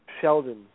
Sheldon